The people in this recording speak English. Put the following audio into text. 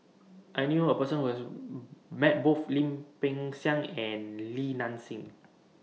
I knew A Person Who has Met Both Lim Peng Siang and Li Nanxing